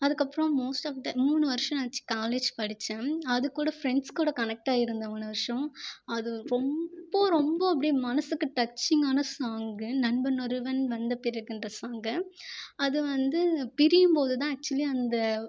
அதுக்கப்புறம் most of the மூணு வருஷம் ஆச்சு காலேஜ் படிச்சேன் அது கூட ஃஃப்ரெண்ட்ஸ் கூட கனெக்ட் ஆகி இருந்தேன் மூணு வருஷம் அது ரொம்ப ரொம்ப அப்படியே மனதுக்கு டச்சிங்கான சாங் நண்பன் ஒருவன் வந்த பிறகு என்ற சாங் அது வந்து பிரியும் போது தான் அக்ச்சுவல்லி அந்த